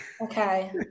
okay